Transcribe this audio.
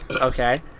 Okay